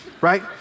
right